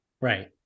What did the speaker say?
Right